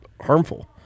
harmful